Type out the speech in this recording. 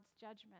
judgment